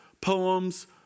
poems